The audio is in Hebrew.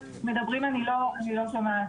מדברים, אני לא, אני לא שומעת.